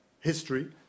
history